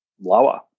lower